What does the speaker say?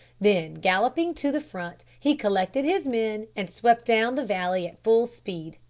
then galloping to the front he collected his men and swept down the valley at full speed.